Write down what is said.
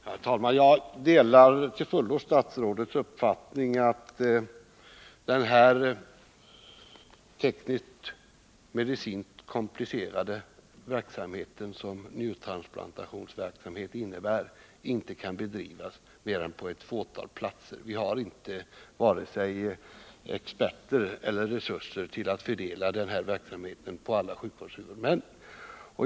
Herr talman! Jag delar till fullo statsrådets uppfattning att den teknisktmedicinskt komplicerade verksamhet som njurtransplantationsverksamheten utgör inte kan bedrivas på mer än ett fåtal platser i Sverige. Vi har varken experter eller resurser för att kunna fördela verksamheten på alla sjukvårdshuvudmän.